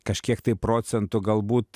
kažkiek tai procentų galbūt